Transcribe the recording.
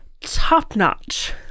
top-notch